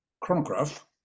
chronograph